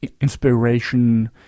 inspiration